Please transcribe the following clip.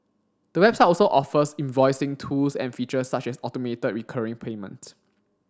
the website also offers invoicing tools and features such as automated recurring payments